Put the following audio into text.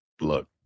look